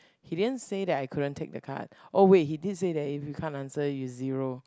he didn't say that I couldn't take the card oh wait he did say that if you can't answer is zero